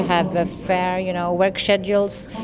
have ah fair you know work schedules,